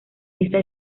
esa